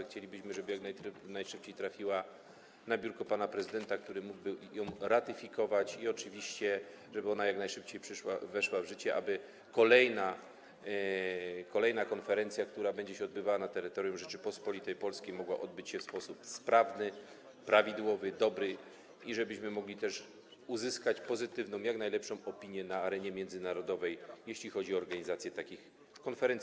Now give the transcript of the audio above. Chcielibyśmy, żeby jak najszybciej trafiła na biurko pana prezydenta, który mógłby ją ratyfikować, i oczywiście, żeby jak najszybciej weszła w życie, aby kolejna konferencja, która będzie się odbywała na terytorium Rzeczypospolitej Polskiej, mogła odbyć się w sposób sprawny, prawidłowy, dobry i żebyśmy mogli też uzyskać pozytywną, jak najlepszą opinię na arenie międzynarodowej, jeśli chodzi o organizację takich konferencji.